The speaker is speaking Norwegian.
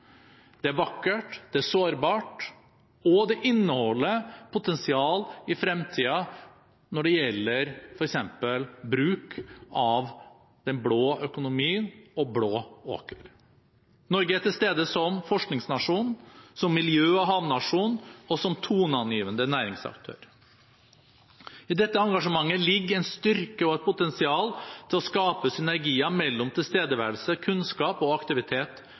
Det er vakkert, det er sårbart, og det inneholder potensial i fremtiden når det gjelder f.eks. bruk av blå økonomi og blå åker. Norge er til stede som forskningsnasjon, som miljø- og havnasjon og som toneangivende næringsaktør. I dette engasjementet ligger en styrke og et potensial til å skape synergier mellom tilstedeværelse, kunnskap og aktivitet